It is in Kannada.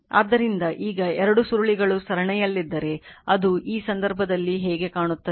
ಆದ್ದರಿಂದ ಈಗ 2 ಸುರುಳಿಗಳು ಸರಣಿಯಲ್ಲಿದ್ದರೆ ಅದು ಈ ಸಂದರ್ಭದಲ್ಲಿ ಹೇಗೆ ಕಾಣುತ್ತದೆ